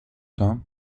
tom